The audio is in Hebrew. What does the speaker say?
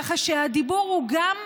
ככה שהדיבור הוא גם,